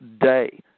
day